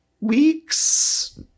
weeks